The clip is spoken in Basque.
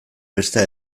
bestea